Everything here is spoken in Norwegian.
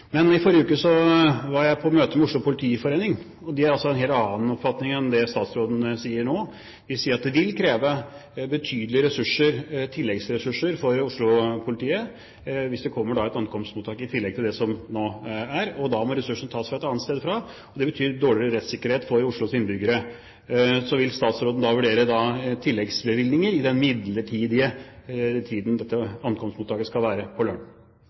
I forrige uke var jeg på møte med Oslo politiforening, og de har en helt annen oppfatning enn det statsråden sier nå. De sier at det vil kreve betydelige ressurser – tilleggsressurser – for Oslo-politiet hvis det kommer et ankomstmottak i tillegg til det som nå er. Da må ressursene tas annetsteds fra, og det betyr dårligere rettssikkerhet for Oslos innbyggere. Så vil statsråden vurdere tilleggsbevilgninger i den midlertidige tiden dette ankomstmottaket skal være på